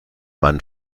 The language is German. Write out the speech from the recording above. man